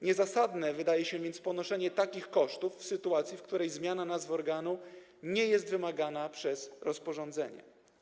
Niezasadne wydaje się ponoszenie takich kosztów w sytuacji, w której zmiana nazwy organu nie jest wymagana przez rozporządzenie.